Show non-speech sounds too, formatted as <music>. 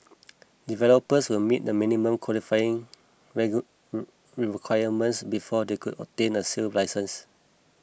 developers will have to meet minimum qualifying <unintelligible> requirements before they can obtain the sale licence